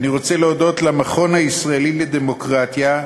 אני רוצה להודות למכון הישראלי לדמוקרטיה,